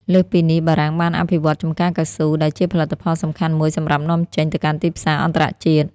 លើសពីនេះ បារាំងបានអភិវឌ្ឍន៍ចម្ការកៅស៊ូ ដែលជាផលិតផលសំខាន់មួយសម្រាប់នាំចេញទៅកាន់ទីផ្សារអន្តរជាតិ។